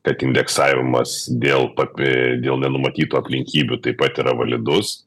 kad indeksavimas dėl papi dėl nenumatytų aplinkybių taip pat yra validus